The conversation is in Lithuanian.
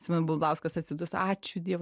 atsimenu bumblauskas atsiduso ačiū dievui